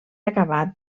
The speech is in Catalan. acabat